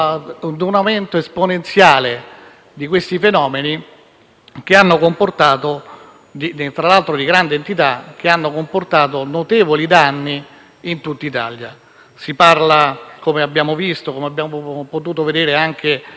tra l'altro di grande entità, che hanno comportato notevoli danni in tutta Italia. Si parla, come abbiamo potuto vedere anche da stime delle associazioni di categoria, di forti danni